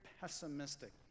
pessimistic